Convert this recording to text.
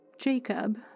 Jacob